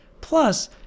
Plus